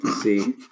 See